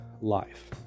life